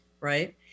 Right